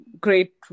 Great